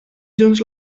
junts